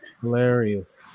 Hilarious